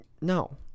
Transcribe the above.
No